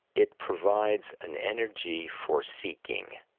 it provides an energy for seeking.